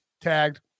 tagged